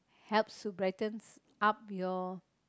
helps to brighten up your